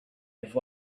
have